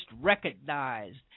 recognized